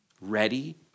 ready